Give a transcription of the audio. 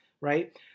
right